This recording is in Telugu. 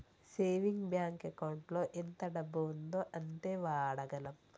సేవింగ్ బ్యాంకు ఎకౌంటులో ఎంత డబ్బు ఉందో అంతే వాడగలం